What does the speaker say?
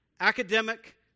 academic